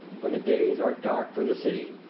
when the days are dark for the city,